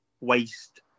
waste